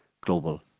global